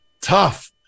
tough